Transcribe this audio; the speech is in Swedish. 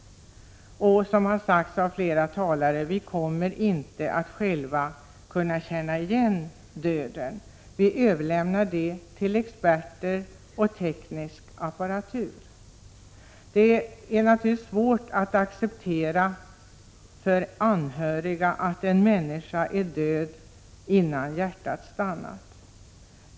Som har sagts av flera talare kommer vi inte själva att ”känna igen” döden. Vi överlämnar avgörandet till experter och teknisk apparatur. Det är naturligtvis svårt för anhöriga att acceptera att en människa är död innan hjärtat stannat.